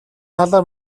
талаар